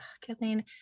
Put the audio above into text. Kathleen